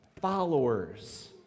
Followers